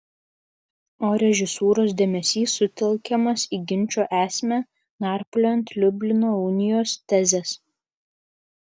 o režisūros dėmesys sutelkiamas į ginčo esmę narpliojant liublino unijos tezes